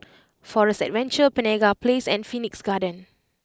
Forest Adventure Penaga Place and Phoenix Garden